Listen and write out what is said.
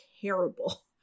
terrible